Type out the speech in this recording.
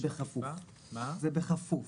זה בכפוף.